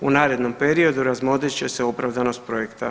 U narednom periodu razmotrit će se opravdanost projekta.